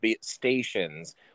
stations